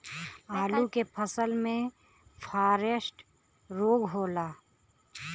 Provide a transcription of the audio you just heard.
आलू के फसल मे फारेस्ट रोग होला?